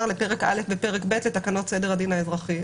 לפרק א' ופרק ב' לתקנות סדר הדין האזרחי.